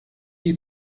die